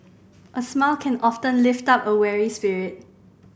a smile can often lift up a weary spirit